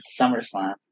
SummerSlam